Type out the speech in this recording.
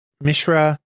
Mishra